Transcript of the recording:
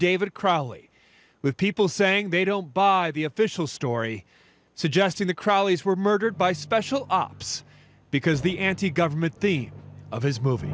david crowley with people saying they don't buy the official story suggesting the crowleys were murdered by special ops because the anti government theme of his movie